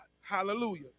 Hallelujah